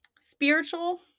spiritual